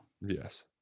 Yes